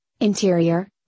interior